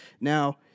Now